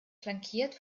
flankiert